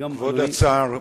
כבוד השר,